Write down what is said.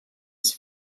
his